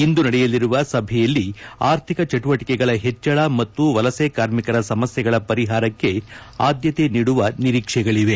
ಇಂದು ನಡೆಯಲಿರುವ ಸಭೆಯಲ್ಲಿ ಆರ್ಥಿಕ ಚಟುವಟಿಕೆಗಳ ಹೆಚ್ಗಳ ಮತ್ತು ವಲಸೆ ಕಾರ್ಮಿಕರ ಸಮಸ್ಥೆಗಳ ಪರಿಹಾರಕ್ಕೆ ಆದ್ದತೆ ನೀಡುವ ನಿರೀಕ್ಷೆಗಳವೆ